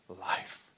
life